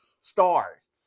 stars